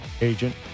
agent